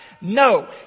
No